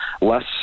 less